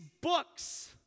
books